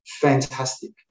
fantastic